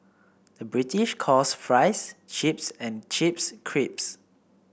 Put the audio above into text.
the British calls fries chips and chips crisps